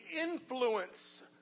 influence